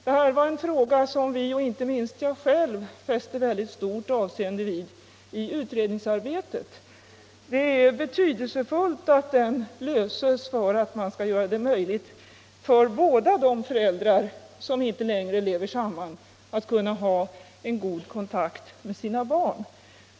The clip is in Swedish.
Detta var en fråga som vi och inte minst jag själv fäste stort avseende vid i utredningsarbetet. Det är betydelsefullt att den löses om man skall kunna göra det möjligt för båda föräldrarna, när dessa inte lever samman, att ha en god kontakt med sina barn.